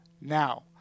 Now